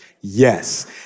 Yes